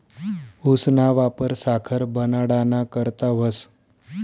ऊसना वापर साखर बनाडाना करता व्हस